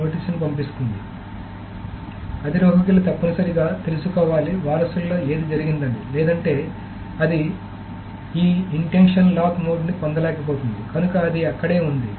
కాబట్టి అధిరోహకులు తప్పనిసరిగా తెలుసుకోవాలి వారసులలో ఏదో జరిగిందని లేకుంటే అది ఈ ఇంటెన్షన్ లాక్ మోడ్ని పొందలేకపోతుంది కనుక అది అక్కడే ఉంది